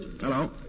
Hello